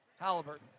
Halliburton